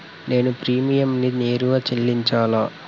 నేను ప్రీమియంని నేరుగా చెల్లించాలా?